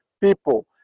people